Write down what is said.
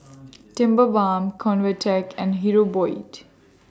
Tigerbalm Convatec and Hirudoid